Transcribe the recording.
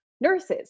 nurses